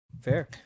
Fair